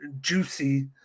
juicy